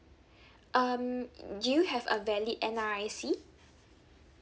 um do you have a valid N_R_I_C